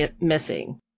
missing